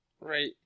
Right